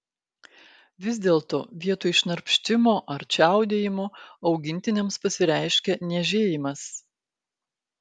vis dėlto vietoj šnarpštimo ar čiaudėjimo augintiniams pasireiškia niežėjimas